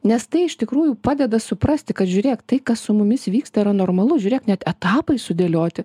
nes tai iš tikrųjų padeda suprasti kad žiūrėk tai kas su mumis vyksta yra normalu žiūrėk net etapai sudėlioti